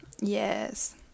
Yes